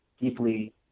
deeply –